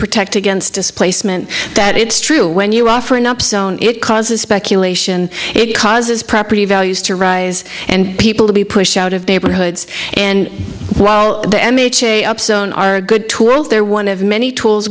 protect against displacement that it's true when you're offering up zone it causes speculation it causes property values to rise and people to be pushed out of date hoods and well the m h a up zone are good tools they're one of many tools